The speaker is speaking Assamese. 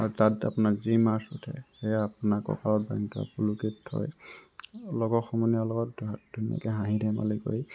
আৰু তাত আপোনাৰ যি মাছ উঠে সেয়া আপোনাৰ কঁকালত বান্ধি ধোৱা খুলুকীত থৈ সেয়া লগৰ সমনীয়াৰ লগত ধুনীয়াকৈ হাঁহি ধেমালি কৰি